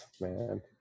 man